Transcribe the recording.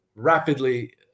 rapidly